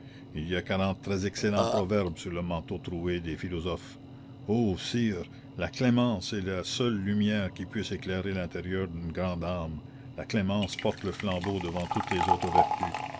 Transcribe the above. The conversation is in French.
il y a quarante très excellents proverbes sur le manteau troué des philosophes oh sire la clémence est la seule lumière qui puisse éclairer l'intérieur d'une grande âme la clémence porte le flambeau devant toutes les autres vertus